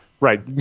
Right